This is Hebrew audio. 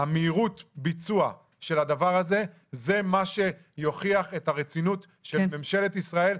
מהירות הביצוע של הדבר הזה זה מה שיוכיח את הרצינות של ממשלת ישראל,